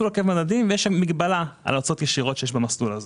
ויש מגבלה על הוצאות ישירות שיש במסלול הזה.